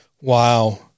Wow